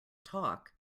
talk